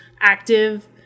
active